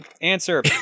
Answer